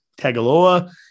Tagaloa